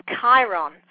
Chiron